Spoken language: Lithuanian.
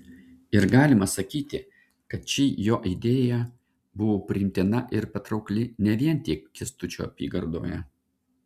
ir galima sakyti kad ši jo idėja buvo priimtina ir patraukli ne vien tik kęstučio apygardoje